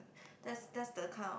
that's that's the kind of